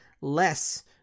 less